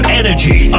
energy